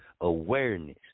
awareness